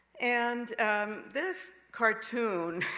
and this cartoon